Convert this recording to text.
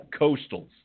Coastals